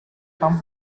come